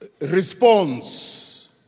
response